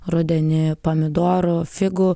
rudenį pomidorų figų